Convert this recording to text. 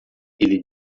ele